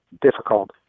difficult